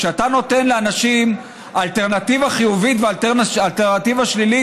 כשאתה נותן לאנשים אלטרנטיבה חיובית ואלטרנטיבה שלילית,